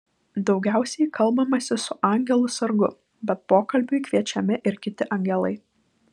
daugiausiai kalbamasi su angelu sargu bet pokalbiui kviečiami ir kiti angelai